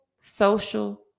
social